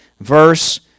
verse